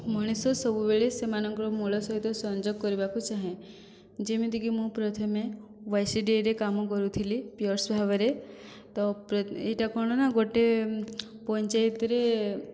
ମଣିଷ ସବୁବେଳେ ସେମାନଙ୍କର ମୂଳ ସହିତ ସଂଯୋଗ କରିବାକୁ ଚାହେଁ ଯେମିତିକି ମୁଁ ପ୍ରଥମେ ୱାସିଡିଆଇରେ କାମ କରୁଥିଲି ପିଅର୍ସ ଭାବରେ ତ ପ୍ର ଏଇଟା କଣ ନା ଗୋଟିଏ ପଞ୍ଚାୟତରେ